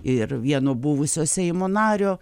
ir vieno buvusio seimo nario